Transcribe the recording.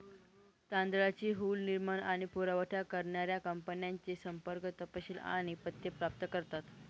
तांदळाची हुल निर्माण आणि पुरावठा करणाऱ्या कंपन्यांचे संपर्क तपशील आणि पत्ते प्राप्त करतात